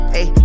Hey